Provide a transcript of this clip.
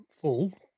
full